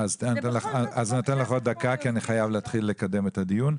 אני אתן לך עוד דקה כי אני חייב להתחיל לקדם את הדיון,